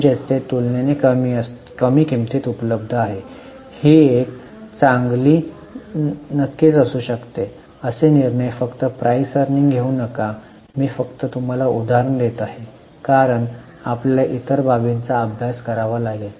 म्हणजेच ते तुलनेने कमी किंमतीत उपलब्ध आहे ही एक चांगली नक्कीच असू शकते असे निर्णय फक्त पीई घेऊ नका मी फक्त एक उदाहरण देत आहे कारण आपल्याला इतर बाबींचा अभ्यास करावा लागेल